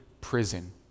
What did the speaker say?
prison